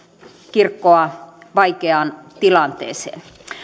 kirkkoa vaikeaan tilanteeseen